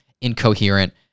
incoherent